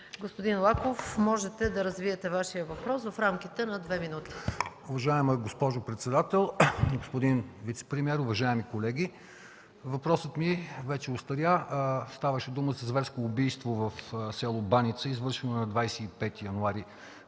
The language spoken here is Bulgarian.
Господин Лаков, моля да развиете Вашия въпрос в рамките на две минути. ВЕНЦИСЛАВ ЛАКОВ (Атака): Уважаема госпожо председател, господин вицепремиер, уважаеми колеги! Въпросът ми вече остаря. Ставаше дума за зверското убийство в село Баница, извършено на 25 януари